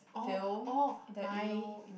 oh oh my